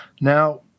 Now